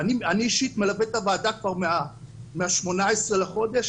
אני אישית מלווה את הועדה כבר מה-18 לחודש,